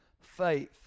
faith